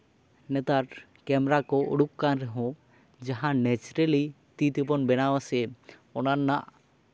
ᱱᱮᱛᱟᱨ ᱠᱮᱢᱨᱟ ᱠᱚ ᱩᱰᱩᱠ ᱠᱟᱱ ᱨᱮᱦᱚᱸ ᱡᱟᱦᱟᱸ ᱱᱮᱪᱟᱨᱟᱞᱤ ᱛᱤ ᱛᱮᱵᱚᱱ ᱵᱮᱱᱟᱣ ᱟᱥᱮ ᱚᱱᱟ ᱨᱮᱱᱟᱜ